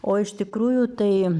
o iš tikrųjų tai